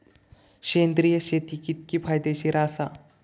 सेंद्रिय शेती कितकी फायदेशीर आसा?